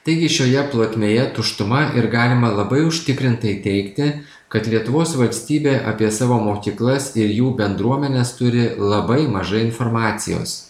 taigi šioje plotmėje tuštuma ir galima labai užtikrintai teigti kad lietuvos valstybė apie savo mokyklas ir jų bendruomenes turi labai mažai informacijos